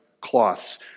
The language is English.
cloths